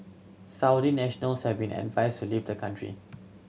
Saudi nationals have been advised to leave the country